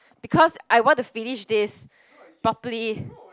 because I want to finish this properly